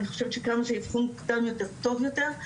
ואני חושבת שכמה שהאבחון מוקדם יותר טוב יותר,